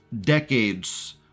decades